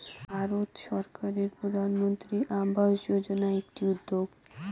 ভারত সরকারের প্রধানমন্ত্রী আবাস যোজনা আকটি উদ্যেগ